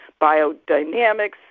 biodynamics